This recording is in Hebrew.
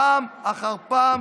פעם אחר פעם